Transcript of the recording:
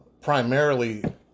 primarily